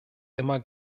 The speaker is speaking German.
immer